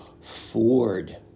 Ford